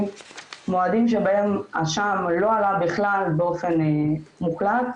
מועדים שבהם השע"ם לא עלה בכלל באופן מוחלט,